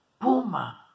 puma